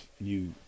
new